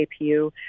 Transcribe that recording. APU